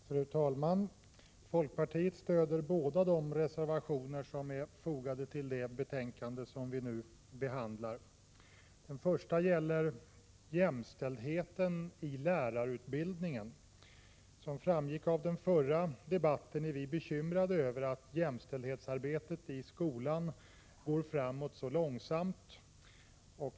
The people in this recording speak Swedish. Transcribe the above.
Fru talman! Folkpartiet stöder båda de reservationer som är fogade till det betänkande vi nu behandlar. Den första gäller jämställdheten i lärarutbildningen. Som framgick av den föregående debatten är vi bekymrade över att jämställdhetsarbetet i skolan går framåt mycket långsamt.